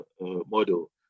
model